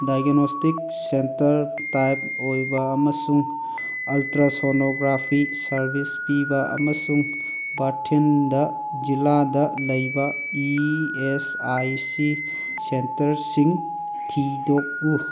diagnostic centre type ꯑꯣꯏꯕ ꯑꯃꯁꯨꯡ ultrasonography service ꯄꯤꯕ ꯑꯃꯁꯨꯡ ꯕꯥꯔꯊꯤꯟꯗ ꯖꯤꯜꯂꯥꯗ ꯂꯩꯕ ꯏ ꯑꯦꯁ ꯑꯥꯏ ꯁꯤ ꯁꯦꯟꯇꯔꯁꯤꯡ ꯊꯤꯗꯣꯛꯎ